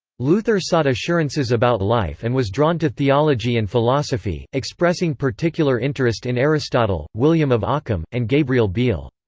luther sought assurances about life and was drawn to theology and philosophy, expressing particular interest in aristotle, william of ockham, and gabriel biel.